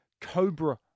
cobra